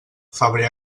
febrer